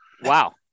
Wow